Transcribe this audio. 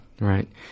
Right